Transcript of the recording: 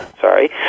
Sorry